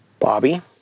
Bobby